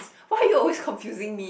why are you confusing me